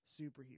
superhero